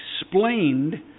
explained